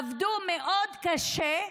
עבדו מאוד קשה,